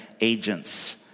agents